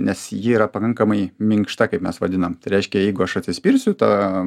nes ji yra pakankamai minkšta kaip mes vadinam tai reiškia jeigu aš atsispirsiu ta